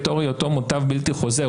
בתור היותו מוטב בלתי חוזר.